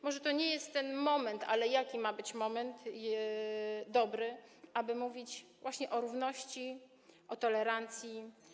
Może to nie jest ten moment, ale jaki moment ma być dobry, aby mówić właśnie o równości, o tolerancji?